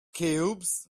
cubes